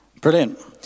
Brilliant